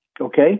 Okay